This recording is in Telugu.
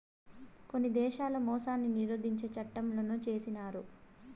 కొన్ని దేశాల్లో మోసాన్ని నిరోధించే చట్టంలను చేసినారు